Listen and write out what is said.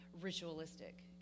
ritualistic